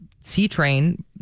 C-Train